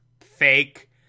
fake